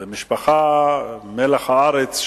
זו משפחה שהיא מלח הארץ,